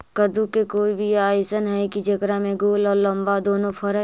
कददु के कोइ बियाह अइसन है कि जेकरा में गोल औ लमबा दोनो फरे?